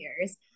years